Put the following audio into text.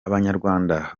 abanyarwanda